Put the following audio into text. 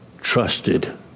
trusted